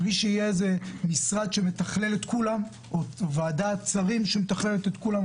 מבלי שיהיה משרד או ועדת שרים אמיתית שמתכללת את כולם,